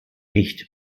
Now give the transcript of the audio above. nicht